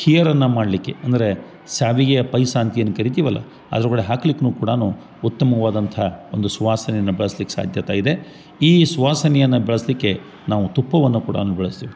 ಖೀರನ್ನ ಮಾಡಲಿಕ್ಕೆ ಅಂದರೆ ಶಾವಿಗೆಯ ಪಾಯ್ಸ ಅಂತ ಏನು ಕರೀತಿವಲ್ಲ ಅದ್ರೊಳ್ಗೆ ಹಾಕ್ಲಿಕ್ನು ಕೂಡಾನು ಉತ್ತಮವಾದಂಥಾ ಒಂದು ಸುವಾಸನೆಯನ್ನ ಬಳಸ್ಲಿಕ್ಕೆ ಸಾಧ್ಯತೆಯಿದೆ ಈ ಸುವಾಸನೆಯನ್ನ ಬಳಸಲಿಕ್ಕೆ ನಾವು ತುಪ್ಪವನ್ನ ಕೂಡನು ಬಳಸ್ತೇವೆ